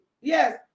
Yes